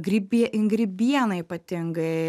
grybie in grybiena ypatingai